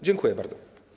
Dziękuję bardzo.